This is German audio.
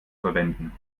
verwenden